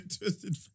twisted